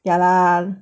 ya lah